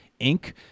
Inc